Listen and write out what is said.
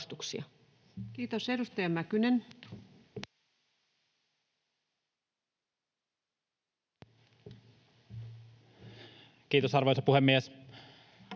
Kiitos. — Edustaja Mäkynen. Kiitos, arvoisa puhemies!